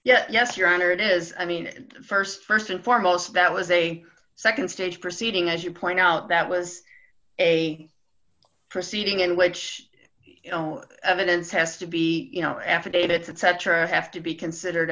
yet yes your honor it is i mean st st and foremost that was a nd stage proceeding as you point out that was a proceeding in which you know evidence has to be you know affidavits etc have to be considered